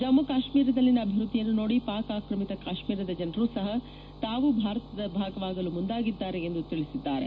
ಜಮ್ಮ ಕಾಶ್ಮೀರದಲ್ಲಿನ ಅಭಿವೃದ್ಧಿಯನ್ನು ನೋಡಿ ಪಾಕ್ ಆಕ್ರಮಿತ ಕಾಶ್ಮೀರದ ಜನರೂ ಸಹ ತಾವು ಭಾರತದ ಭಾಗವಾಗಲು ಮುಂದಾಗಿದ್ದಾರೆ ಎಂದು ತಿಳಿಸಿದ್ದಾರೆ